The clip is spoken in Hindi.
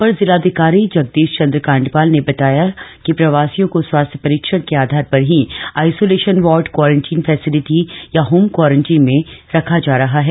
अपर जिलाधिकारी जगदीश चन्द्र काण्डपाल ने बताया कि प्रवासियों को स्वास्थ्य परीक्षण के आधार पर आइसोलेश वार्ड क्वारंटाइन फैसेलिटी या होम क्वारंटाइन में रखा जा रहा है